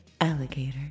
Alligator